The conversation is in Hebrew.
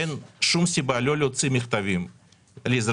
ואין שום סיבה לא להוציא מכתבים לאזרחים.